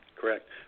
Correct